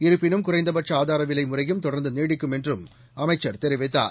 இருப்பினும் குறைந்தபட்ச ஆதார விலை முறையும் தொடர்ந்து நீடிக்கும் என்று அமைச்சர் தெரிவித்தார்